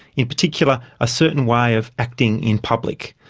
in particular a certain way of acting in public.